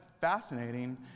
fascinating